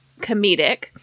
comedic